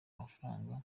mafaranga